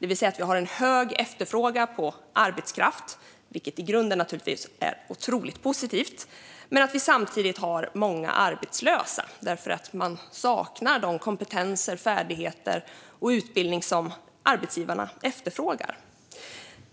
Vi har en hög efterfrågan på arbetskraft, vilket i grunden naturligtvis är otroligt positivt, men samtidigt många arbetslösa, som saknar de kompetenser, de färdigheter och den utbildning som arbetsgivarna efterfrågar.